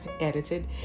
edited